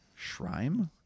shrine